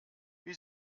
wie